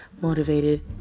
motivated